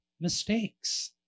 mistakes